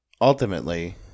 ultimately